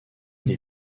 des